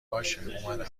باشهاومدمبرام